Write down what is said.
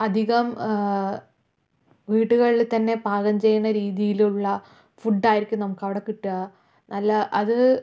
അധികം വീടുകളിൽ തന്നെ പാകം ചെയ്യുന്ന രീതിയിലുള്ള ഫുഡ്ഡായിരിക്കും നമുക്ക് അവിടെ കിട്ടുക നല്ല അത്